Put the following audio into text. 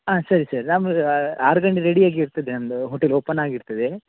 ಹಾಂ ಸರಿ ಸರ್ ನಮ್ದು ಆರು ಗಂಟೆ ರೆಡಿಯಾಗಿ ಇರ್ತದೆ ನಮ್ದು ಹೋಟೆಲ್ ಓಪನ್ ಆಗಿ ಇರ್ತದೆ